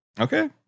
Okay